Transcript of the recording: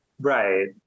Right